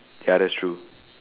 ya that's true